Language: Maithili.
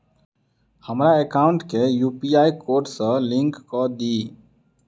हमरा एकाउंट केँ यु.पी.आई कोड सअ लिंक कऽ दिऽ?